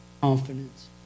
confidence